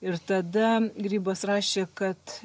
ir tada grybas rašė kad